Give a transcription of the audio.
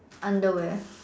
under where